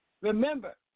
remember